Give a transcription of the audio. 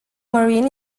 marine